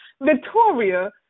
Victoria